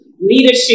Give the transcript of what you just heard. Leadership